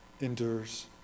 endures